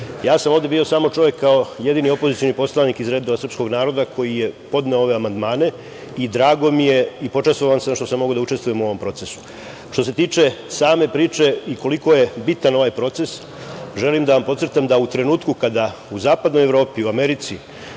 sam ovde bio kao jedini opozicioni poslanik iz redova srpskog naroda koji je podneo ove amandmane i drago mi je i počastvovan sam što sam mogao da učestvujem u ovom procesu. Što se tiče same priče i koliko je bitan ovaj proces, želim da podcrtam da u trenutku da u zapadnoj Evropi, u Americi